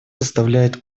составляет